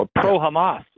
pro-Hamas